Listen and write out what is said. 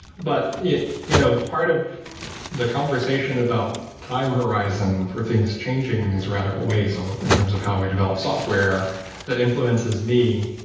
but yeah you know part of the conversation about time horizon for things changing in these radical ways um in terms of how we develop software that influences me.